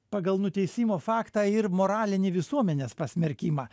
pagal nuteisimo faktą ir moralinį visuomenės pasmerkimą